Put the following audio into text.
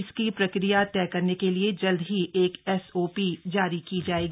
इसकी प्रक्रिया तय करने के लिए जल्द ही एक एसओपी जारी की जाएगी